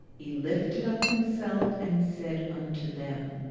he lifted up himself and said unto them,